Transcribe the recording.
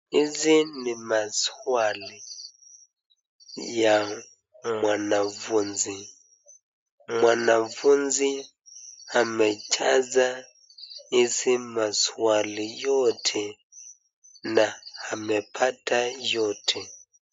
Hizi ni maswali ya mwanafunzi. Mwanafunzi amejaza hizi maswali yote na amepata yote.